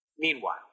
Meanwhile